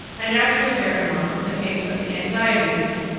i naturally bear in mind the case of the anxiety dream,